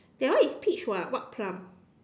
that one is peach [what] what plum